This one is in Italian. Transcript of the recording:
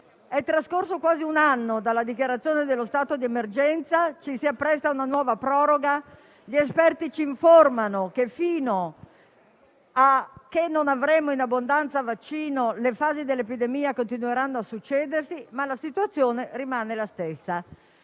È trascorso quasi un anno dalla dichiarazione dello stato di emergenza, ci si appresta a una nuova proroga, gli esperti ci informano che, fino a che non avremo vaccino in abbondanza, le fasi dell'epidemia continueranno a succedersi, ma la situazione rimane la stessa: